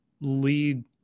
lead